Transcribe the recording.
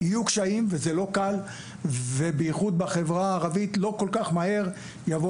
יהיו קשיים וזה לא קל ובייחוד בחברה הערבית לא כל כך מהר יבוא